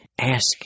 ask